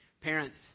parents